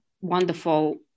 wonderful